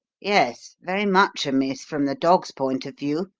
yes very much amiss from the dog's point of view,